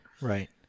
Right